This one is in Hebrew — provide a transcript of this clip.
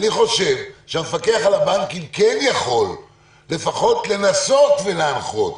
אני חושב שהמפקח על הבנקים כן יכול לפחות לנסות ולהנחות,